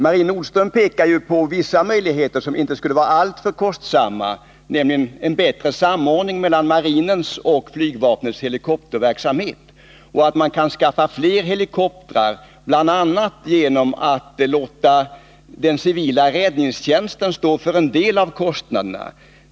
Marie Nordström pekar på vissa saker som inte skulle vara alltför kostsamma, nämligen bättre samordning mellan marinens och flygvapnets helikopterverksamhet, och att man kan skaffa fler helikoptrar, bl.a. genom att låta den civila räddningstjänsten stå för en del av kostnaderna.